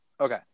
Okay